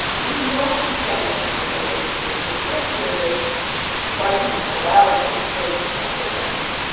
you know that you've got to let people know where they stand. they can't be in this fight and paralysis state. nothing happens.